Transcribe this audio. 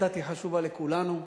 הדת חשובה לכולנו,